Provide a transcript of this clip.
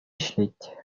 ӗҫлет